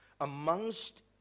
amongst